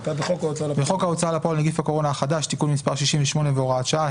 "בחוק ההוצאה לפועל נגיף הקורונה החדש (תיקון מס' 68 והוראת שעה),